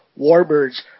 Warbirds